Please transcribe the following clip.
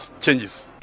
changes